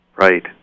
Right